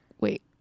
wait